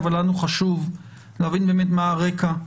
אבל לנו חשוב להבין באמת מה הרקע.